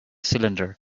cylinder